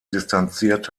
distanziert